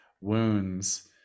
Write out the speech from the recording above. wounds